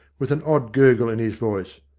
with an odd gurgle in his voice.